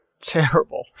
terrible